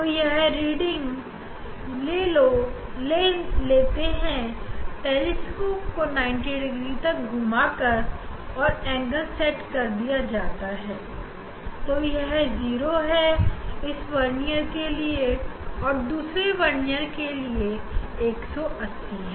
तो यह रेटिंग ले लो टेलीस्कोप को 90 डिग्री पर घुमाया जाता है और एंगल सेट कर दिया जाता है तो यह इस वरनियर के लिए 0 है और दूसरे वरनियर के लिए 180 है